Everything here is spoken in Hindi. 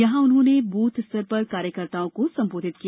यहां उन्होंने बृथ स्तर कार्यकर्ताओं को संबोधित किया